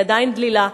היא עדיין דלילה.